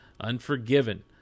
Unforgiven